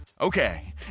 Okay